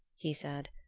he said.